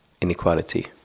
inequality